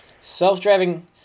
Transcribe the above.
Self-driving